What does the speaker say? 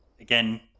Again